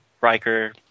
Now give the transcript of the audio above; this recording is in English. Riker